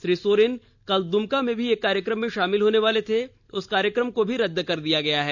श्री सोरेन कल दुमका में भी एक कार्यक्रम में शामिल होने वाले थे उस कार्यक्रम को भी रद्द कर दिया गया है